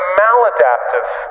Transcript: maladaptive